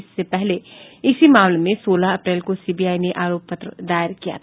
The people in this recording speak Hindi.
इससे पहले इसी मामले में सोलह अप्रैल को सीबीआई ने आरोप पत्र दायर किया था